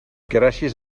gràcies